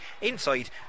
inside